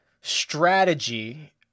strategy